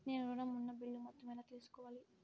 నేను ఋణం ఉన్న బిల్లు మొత్తం ఎలా తెలుసుకోవాలి?